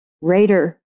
Raider